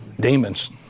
Demons